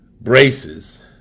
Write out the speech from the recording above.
braces